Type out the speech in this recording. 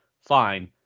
fine